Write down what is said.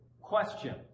question